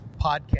podcast